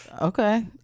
Okay